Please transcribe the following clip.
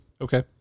Okay